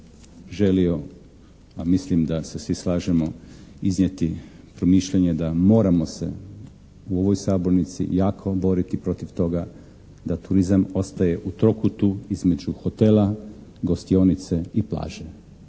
želio, a mislim da se svi slažemo, iznijeti promišljanje da moramo se u ovoj sabornici jako boriti protiv toga da turizam ostaje u trokutu između hotela, gostionice i plaže.